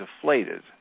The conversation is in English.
deflated